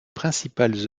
principales